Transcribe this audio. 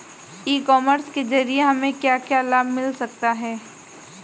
ई commerce के ज़रिए हमें क्या क्या लाभ मिल सकता है?